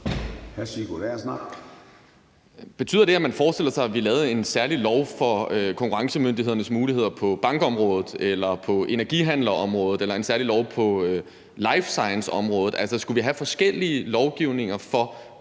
Sigurd Agersnap (SF): Betyder det, at man forestiller sig, at vi lavede en særlig lov for konkurrencemyndighedernes muligheder på bankområdet eller på energihandlerområdet eller en særlig lov på life science-området? Altså, skulle vi have forskellige lovgivninger for,